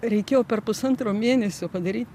reikėjo per pusantro mėnesio padaryt